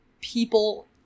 people